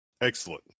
excellent